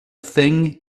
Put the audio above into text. thing